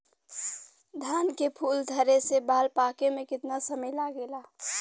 धान के फूल धरे से बाल पाके में कितना समय लागेला?